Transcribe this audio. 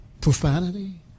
profanity